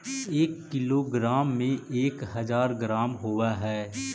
एक किलोग्राम में एक हज़ार ग्राम होव हई